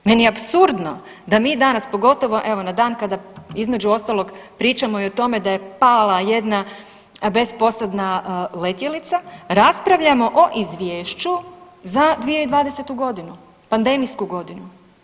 Meni je apsurdno da mi danas pogotovo evo na dan kada između ostalog pričamo i o tome da je pala jedna bezposadna letjelica raspravljamo o izvješću za 2020. godinu, pandemijsku godinu.